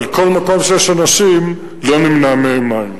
אבל כל מקום שיש אנשים, לא נמנע מהם מים.